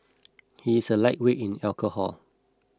he is a lightweight in alcohol